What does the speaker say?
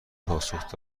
پاسخ